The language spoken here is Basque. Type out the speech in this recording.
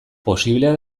posiblea